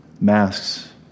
masks